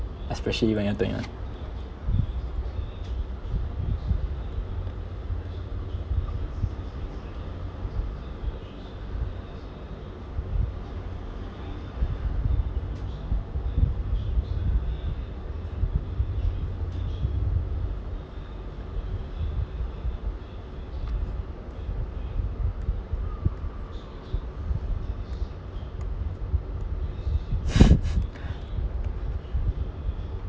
especially when you are twenty one